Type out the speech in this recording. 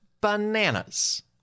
bananas